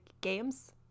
games